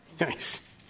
Nice